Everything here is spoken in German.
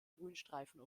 grünstreifen